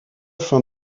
fin